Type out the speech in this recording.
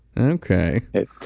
okay